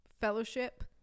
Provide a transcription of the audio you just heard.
fellowship